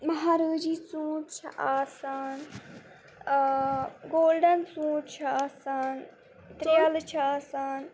مہارٲجی ژوٗنٛٹھۍ چھِ آسان گولڈَن ژوٗنٛٹھۍ چھِ آسان ترٛیلہٕ چھِ آسان